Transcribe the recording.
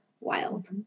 wild